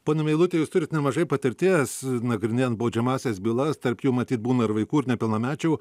pone meiluti jūs turit nemažai patirties nagrinėjant baudžiamąsias bylas tarp jų matyt būna ir vaikų ir nepilnamečių